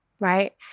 right